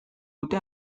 dute